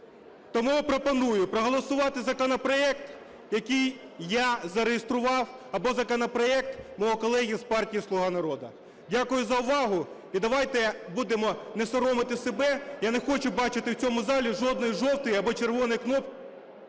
Тому пропоную проголосувати законопроект, який я зареєстрував, або законопроект мого колеги з партії "Слуга народу". Дякую за увагу. І давайте будемо не соромити себе, я не хочу бачити в цьому залі жодної жовтої або червоної кнопки.